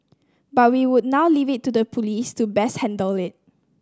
but we would now leave it to the police to best handle it